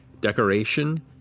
decoration